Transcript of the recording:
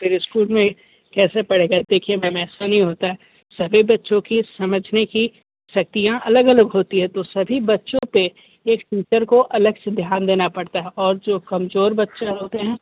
फिर इस्कूल में कैसे पढ़ेगा देखिए मैम ऐसा नहीं होता है सभी बच्चों की समझने की शक्तियाँ अलग अलग होती है तो सभी बच्चों पर एक टीचर को अलग से ध्यान देना पड़ता है और जो कमज़ोर बच्चे होते हैं